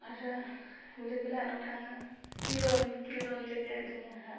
आरो लोगोलानाव थाङो किरन किरन लोगो दङो आंहा